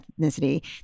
ethnicity